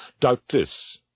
doubtless